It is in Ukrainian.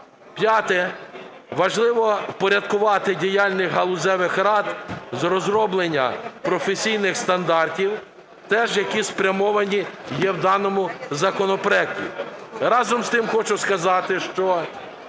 П'яте. Важливо впорядкувати діяльність галузевих рад з розроблення професійних стандартів теж, які спрямовані, є в даному законопроекті. Разом з тим, хочу сказати, що